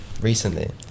recently